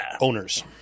owners